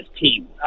team